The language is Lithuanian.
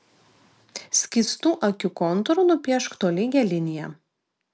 skystu akių kontūru nupiešk tolygią liniją